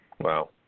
Wow